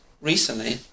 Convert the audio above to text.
recently